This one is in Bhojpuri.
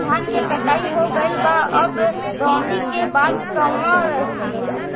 धान के कटाई हो गइल बा अब दवनि के बाद कहवा रखी?